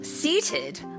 Seated